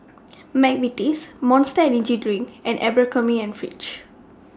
Mcvitie's Monster Energy Drink and Abercrombie and Fitch